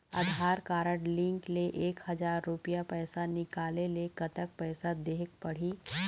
आधार card link ले एक हजार रुपया पैसा निकाले ले कतक पैसा देहेक पड़ही?